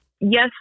Yes